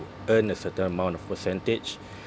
earn a certain amount of percentage